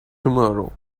tomorrow